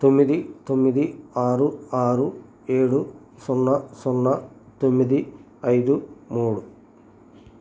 తొమ్మిది తొమ్మిది ఆరు ఆరు ఏడు సున్నా సున్నా తొమ్మిది ఐదు మూడు